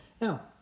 Now